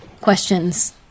questions